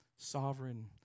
Sovereign